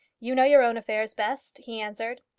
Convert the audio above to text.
you know your own affairs best, he answered.